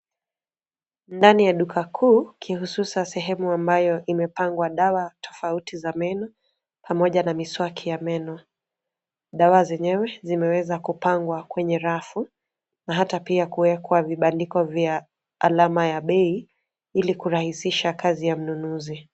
Ndani ya duka kuu kihususan sehemu ambayo imepangwa dawa tofauti za meno pamoja na miswaki ya meno. Dawa zenyewe zimeweza kupangwa kwenye rafu na hata pia kuwekwa vibandiko vya alama ya bei ili kirahisisha kazi ya mnunuzi.